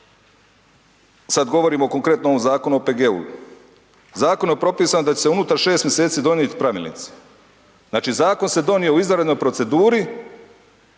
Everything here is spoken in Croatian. sad govorim konkretno o ovom Zakonu o OPG-u, zakonom je propisano da će se unutar 6 mjeseci donijeti pravilnici, znači zakon se donio u izvanrednoj proceduri